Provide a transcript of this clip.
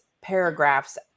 paragraphs